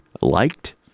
liked